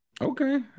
Okay